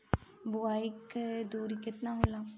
बुआई के दुरी केतना होला?